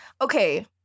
okay